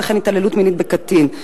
וכן התעללות מינית בקטין.